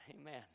amen